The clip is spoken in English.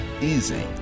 easy